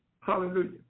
Hallelujah